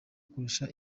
kurusha